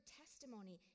testimony